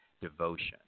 devotion